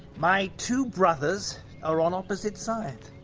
my two brothers are on opposite sides.